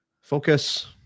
Focus